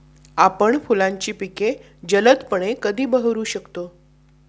आपण फुलांची पिके जलदपणे कधी बहरू शकतो?